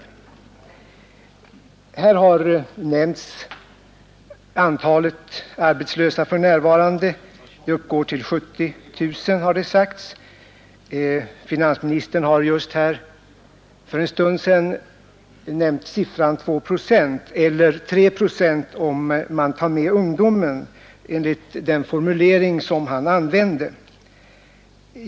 Här har sagts att antalet arbetslösa för närvarande uppgår till 70 000. Finansministern nämnde för en stund sedan siffran två procent, eller tre procent om man tar med ungdomen, enligt den formulering som han använde.